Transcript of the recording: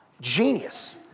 genius